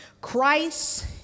Christ